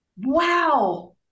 Wow